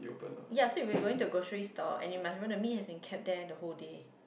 ya so if we going grocery store and you must want to me has been caught there the whole day